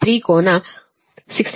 3 ಕೋನ 69